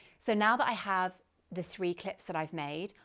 so now that i have the three clips that i've made,